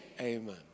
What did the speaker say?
Amen